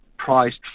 priced